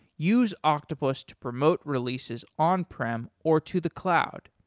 use octopus to promote releases on-prem or to the cloud.